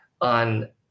on